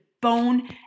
bone